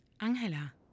Angela